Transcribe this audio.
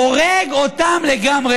הורג אותם לגמרי